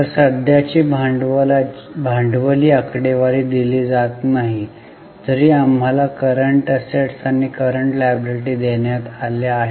तर सध्याची भांडवली आकडेवारी दिली जात नाही जरी आम्हाला करंट असेट्स आणि करंट लायबिलिटी देण्यात आल्या आहेत